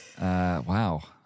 Wow